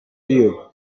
you